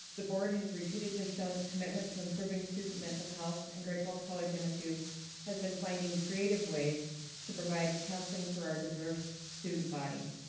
the board has repeatedly shown its commitment to improving student mental health and great falls college msu has been finding creative ways to provide counseling for our diverse student body.